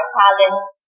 talent